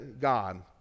God